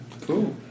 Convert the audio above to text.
Cool